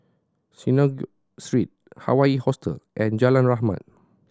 Synagogue Street Hawaii Hostel and Jalan Rahmat